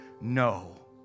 no